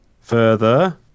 further